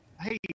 hey